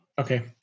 Okay